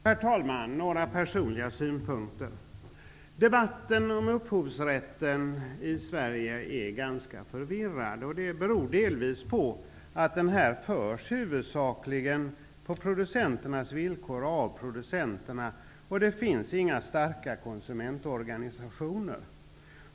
Herr talman! Några personliga synpunkter. Debatten om upphovsrätten i Sverige är ganska förvirrad, och det beror delvis på att den huvudsakligen förs av producenterna och på deras villkor. Det finns inga starka konsumentorganisationer.